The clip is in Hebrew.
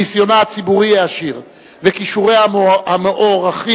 ניסיונה הציבורי העשיר וכישוריה המוערכים,